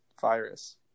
virus